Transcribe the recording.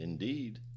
Indeed